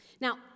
Now